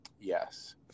Yes